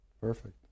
Perfect